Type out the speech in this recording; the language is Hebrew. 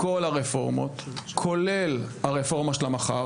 מכל הרפורמות כולל הרפורמה של המח"ר